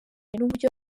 n’uburyo